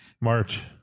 March